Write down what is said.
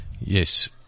Yes